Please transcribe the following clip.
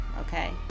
okay